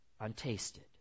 untasted